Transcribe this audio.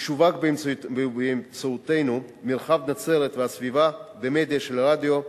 משווק באמצעותנו מרחב נצרת והסביבה במדיה של רדיו,